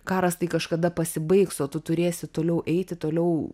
karas tai kažkada pasibaigs o tu turėsi toliau eiti toliau